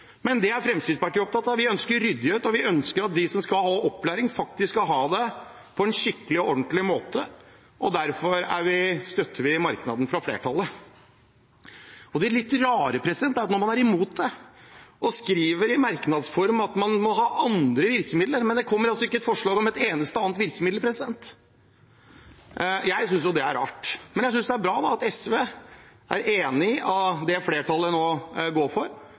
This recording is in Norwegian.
Men Fremskrittspartiet er opptatt av dette. Vi ønsker ryddighet, og vi ønsker at de som skal ha opplæring, faktisk skal ha det på en skikkelig og ordentlig måte. Derfor støtter vi merknaden fra flertallet. Det litt rare er at man er imot det og skriver i merknadsform at man må ha andre virkemidler, mens det ikke kommer forslag om et eneste annet virkemiddel. Jeg synes det er rart. Men jeg synes det er bra at SV er enig i det flertallet nå går for,